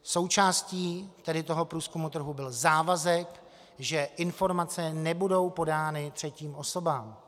Součástí průzkumu trhu byl závazek, že informace nebudou podány třetím osobám.